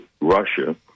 Russia